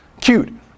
Cute